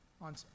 on